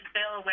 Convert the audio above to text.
Bill